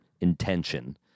intention